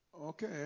okay